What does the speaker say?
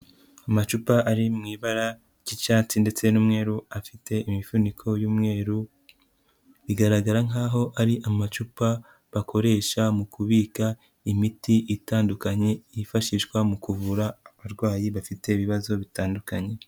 Amacupa ari mu ibara ry'icyatsi ndetse n'umweru afite imifuniko y'umweru, igaragara nkaho ari amacupa bakoresha mu kubika imiti itandukanye, yifashishwa mu kuvura abarwayi bafite ibibazo bitandukanye.